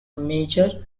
major